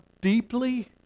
deeply